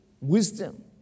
wisdom